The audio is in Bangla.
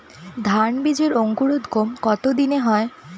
ধান বীজের অঙ্কুরোদগম কত দিনে হয়?